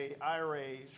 IRAs